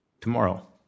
tomorrow